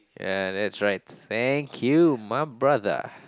yeah that's right thank you my brother